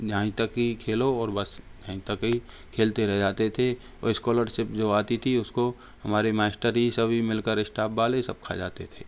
न्याय तक ही खेलो और बस यहीं तक ही खेलते रह जाते थे और स्कॉलरशिप जो आती थी उसको हमारे मास्टर ही सभी मिलकर स्टाफ़ वाले सब खा जाते थे